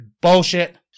Bullshit